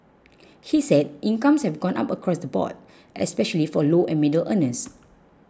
he said incomes have gone up across the board especially for low and middle earners